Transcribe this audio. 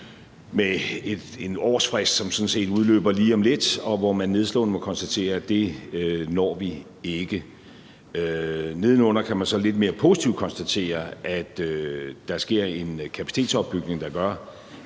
med en årsfrist, som sådan set udløber lige om lidt, og hvor man nedslående må konstatere, at det når vi ikke. Nedenunder kan man så lidt mere positivt konstatere, at der sker en kapacitetsopbygning, der gør,